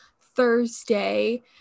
Thursday